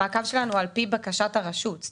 המעקב שלנו הוא על פי בקשת הרשות.